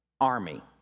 army